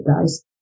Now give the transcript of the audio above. guys